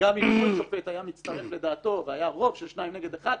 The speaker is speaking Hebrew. וגם אם עוד שופט היה מצטרף לדעתו והיה רוב של שניים נגד אחד,